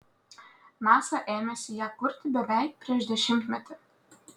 nasa ėmėsi ją kurti beveik prieš dešimtmetį